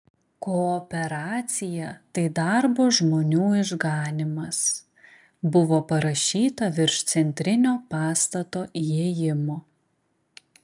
kooperacija tai darbo žmonių išganymas buvo parašyta virš centrinio pastato įėjimo